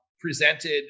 presented